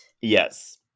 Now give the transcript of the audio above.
Yes